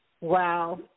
Wow